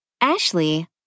Ashley